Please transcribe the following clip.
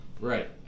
Right